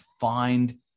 find